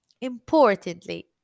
importantly